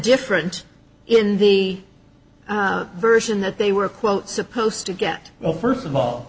different in the version that they were quote supposed to get well first of all